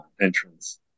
entrance